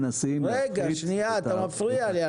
אתה מפריע לי.